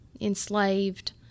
enslaved